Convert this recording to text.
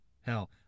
Hell